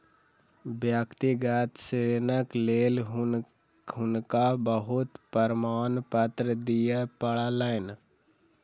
व्यक्तिगत ऋणक लेल हुनका बहुत प्रमाणपत्र दिअ पड़लैन